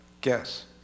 Guess